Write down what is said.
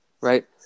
right